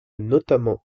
notamment